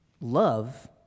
Love